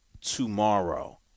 tomorrow